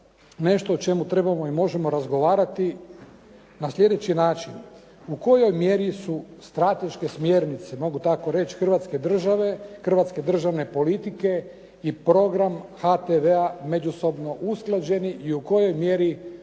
nešto o čemu možemo i trebamo razgovarati na sljedeći način. U kojoj mjeri su strateške smjernice mogu tako reći Hrvatske države, hrvatske državne politike i program HTV-a međusobno usklađeni i u kojoj mjeri